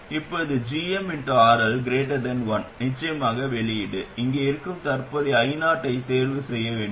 இப்போது gmRL 1 நிச்சயமாக வெளியீடு இங்கே இருக்கும் தற்போதைய Io ஐ தேர்வு செய்ய வேண்டும்